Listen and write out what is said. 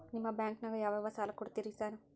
ನಿಮ್ಮ ಬ್ಯಾಂಕಿನಾಗ ಯಾವ್ಯಾವ ಸಾಲ ಕೊಡ್ತೇರಿ ಸಾರ್?